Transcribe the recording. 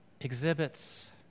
exhibits